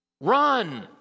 Run